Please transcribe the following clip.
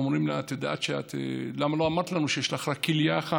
אומרים לה: למה לא אמרת לנו שיש לך רק כליה אחת?